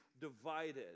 divided